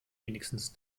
wenigstens